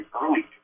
early